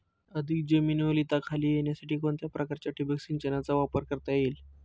अधिक जमीन ओलिताखाली येण्यासाठी कोणत्या प्रकारच्या ठिबक संचाचा वापर करता येईल?